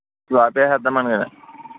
slab వేసేద్దాం అని కదా